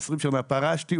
פרשתי,